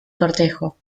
cortejo